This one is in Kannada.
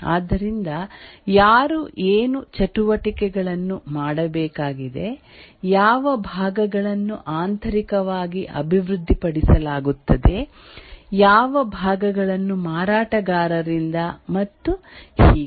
ಆದ್ದರಿಂದ ಯಾರು ಏನು ಚಟುವಟಿಕೆಗಳನ್ನು ಮಾಡಬೇಕಾಗಿದೆ ಯಾವ ಭಾಗಗಳನ್ನು ಆಂತರಿಕವಾಗಿ ಅಭಿವೃದ್ಧಿಪಡಿಸಲಾಗುತ್ತದೆ ಯಾವ ಭಾಗಗಳನ್ನು ಮಾರಾಟಗಾರರಿಂದ ಮತ್ತು ಹೀಗೆ